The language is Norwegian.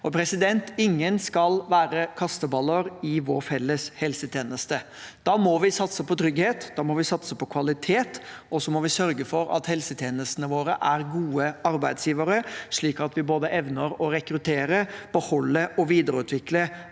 ned. Ingen skal være kasteballer i vår felles helsetjeneste. Da må vi satse på trygghet, da må vi satse på kvalitet, og så må vi sørge for at helsetjenestene våre er gode arbeidsgivere, slik at vi evner å både rekruttere, beholde og videreutvikle